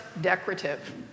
decorative